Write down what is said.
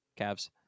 Cavs